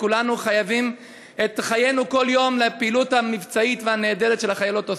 וכולנו חייבים את חיינו כל יום לפעילות המבצעית והנהדרת שהחיילות עושות,